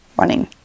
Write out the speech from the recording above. running